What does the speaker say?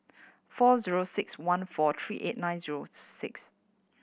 four zero six one four three eight nine zero six